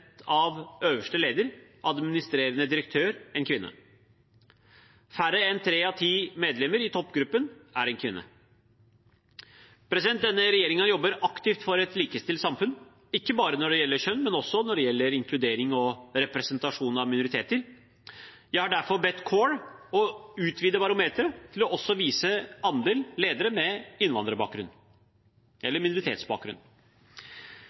av øverste leder, administrerende direktør, en kvinne. Færre enn tre av ti medlemmer i toppledergruppene er en kvinne. Denne regjeringen jobber aktivt for et likestilt samfunn, ikke bare når det gjelder kjønn, men også når det gjelder inkludering og representasjon av minoriteter. Jeg har derfor bedt CORE om å utvide barometeret til også å vise andelen ledere med innvandrerbakgrunn